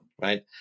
right